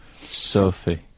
Sophie